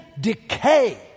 decay